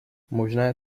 možné